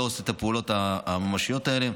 לא עושה את הפעולות הממשיות האלה.